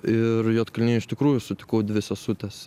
ir juodkalnijoj iš tikrųjų sutikau dvi sesutes